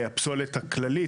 הפסולת הכללית,